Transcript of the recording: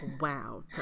wow